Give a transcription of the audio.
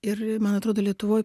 ir man atrodo lietuvoj